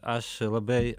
aš labai